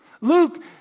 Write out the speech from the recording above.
Luke